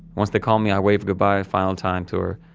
once they call me, i wave goodbye a final time to her,